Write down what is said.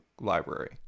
library